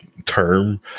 Term